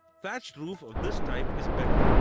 thatched roof of this type is better.